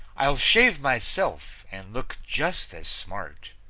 i'll shave myself and look just as smart.